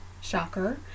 shocker